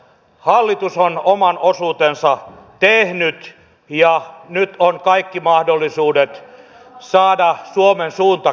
hallitus on oman osuutensa tehnyt ja nyt on kaikki mahdollisuudet saada suomen suunta käännettyä